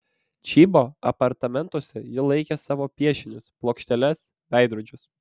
čybo apartamentuose ji laikė savo piešinius plokšteles veidrodžius